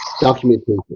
documentation